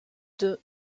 deux